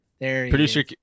producer